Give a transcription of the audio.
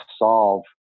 solve